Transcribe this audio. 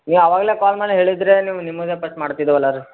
ನೀವು ಅವಾಗ್ಲೇ ಕಾಲ್ ಮಾಡಿ ಹೇಳಿದ್ದರೆ ನಿಮ್ಮದೇ ಕಟ್ ಮಾಡ್ತಿದ್ದೇವಲ್ಲ ರೀ